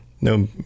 no